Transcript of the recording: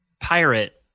pirate